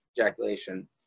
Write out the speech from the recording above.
ejaculation